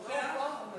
נוכח?